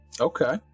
okay